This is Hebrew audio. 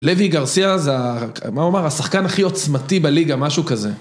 לוי גרסיאה, מה הוא אמר? השחקן הכי עוצמתי בליגה, משהו כזה.